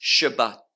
Shabbat